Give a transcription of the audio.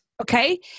Okay